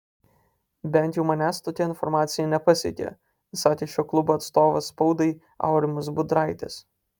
bent jau manęs tokia informacija nepasiekė sakė šio klubo atstovas spaudai aurimas budraitis